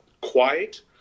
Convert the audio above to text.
quiet